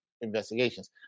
investigations